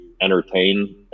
entertain